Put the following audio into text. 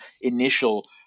initial